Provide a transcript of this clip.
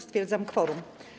Stwierdzam kworum.